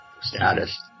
status